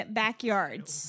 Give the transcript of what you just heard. backyards